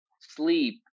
sleep